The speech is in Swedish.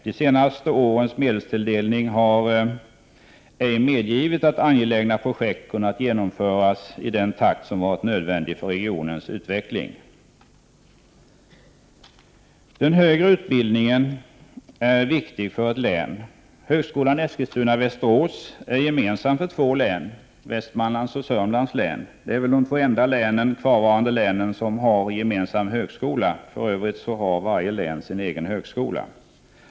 De senaste årens medelstilldelning har ej medgivit att angelägna projekt kunnat genomföras i den takt som varit nödvändig för regionens utveckling. Den högre utbildningen är viktig för ett län. Högskolan Eskilstuna/ Västerås är gemensam för två län, Västmanlands län och Södermanlands län som tillsammans har över 500 000 invånare. Det är nog de enda två länen som har en gemensam högskola.